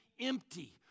empty